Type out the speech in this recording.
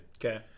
Okay